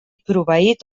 proveït